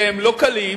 שהם לא קלים,